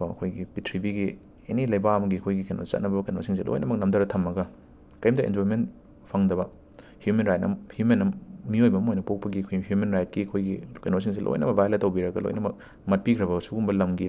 ꯀꯣ ꯑꯩꯈꯣꯏꯒꯤ ꯄ꯭ꯔꯤꯊꯤꯕꯤꯒꯤ ꯑꯦꯅꯤ ꯂꯩꯕꯥꯛ ꯑꯃꯒꯤ ꯑꯩꯈꯣꯏꯒꯤ ꯀꯦꯅꯣ ꯆꯠꯅꯕ ꯀꯩꯅꯣꯁꯤꯡꯁꯦ ꯂꯣꯏꯅꯃꯛ ꯅꯝꯊꯔꯒ ꯊꯝꯃꯒ ꯀꯩꯝꯇ ꯑꯦꯟꯖꯣꯏꯃꯦꯟ ꯐꯪꯗꯕ ꯍ꯭ꯌꯨꯃꯦꯟ ꯔꯥꯏꯠ ꯑꯃ ꯍ꯭ꯌꯨꯃꯦꯟ ꯑꯃ ꯃꯤꯌꯣꯏꯕ ꯑꯃ ꯑꯣꯏꯅ ꯄꯣꯛꯄꯒꯤ ꯍ꯭ꯌꯨꯃꯦꯟ ꯔꯥꯏꯠꯀꯤ ꯑꯩꯈꯣꯏꯒꯤ ꯀꯩꯅꯣꯁꯤꯡꯁꯦ ꯂꯣꯏꯅꯃꯛ ꯕꯥꯌꯣꯂꯦꯠ ꯇꯧꯕꯤꯔꯒ ꯂꯣꯏꯅꯃꯛ ꯃꯠꯄꯤꯈ꯭ꯔꯕ ꯁꯤꯒꯨꯝꯕ ꯂꯝꯒꯤ